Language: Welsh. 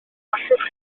allwch